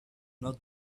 not